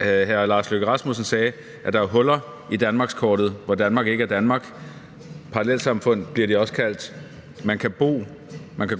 hr. Lars Løkke Rasmussen sagde, at der er huller i danmarkskortet, hvor Danmark ikke er Danmark – parallelsamfund bliver de også kaldt: Man kan bo, man kan